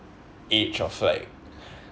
age of like